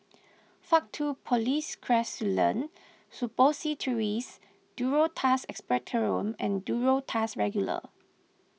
Faktu Policresulen Suppositories Duro Tuss Expectorant and Duro Tuss Regular